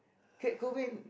Kurt Cobain